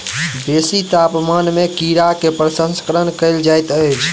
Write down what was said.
बेसी तापमान में कीड़ा के प्रसंस्करण कयल जाइत अछि